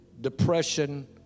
depression